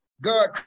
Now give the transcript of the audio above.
God